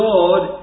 God